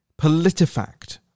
Politifact